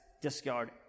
discard